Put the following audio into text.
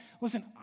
Listen